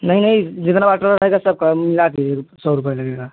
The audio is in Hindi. नहीं नहीं जितना बाटला रहेगा सबका मिला के ऊर सौ रुपए लगेगा